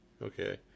Okay